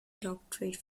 doctorate